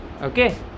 Okay